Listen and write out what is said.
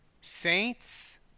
Saints